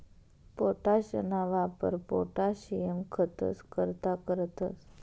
पोटाशना वापर पोटाशियम खतंस करता करतंस